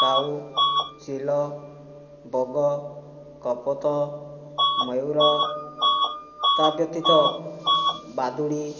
କାଉ ଚିଲ ବଗ କପୋତ ମୟୂର ତା ବ୍ୟତୀତ ବାଦୁଡ଼ି